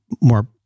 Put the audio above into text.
more